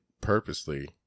purposely